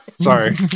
Sorry